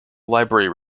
library